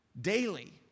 daily